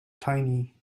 tiny